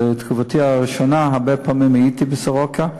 בתקופתי הראשונה הייתי הרבה פעמים בסורוקה,